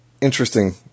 interesting